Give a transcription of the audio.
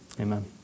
amen